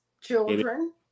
children